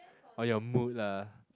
on your mood lah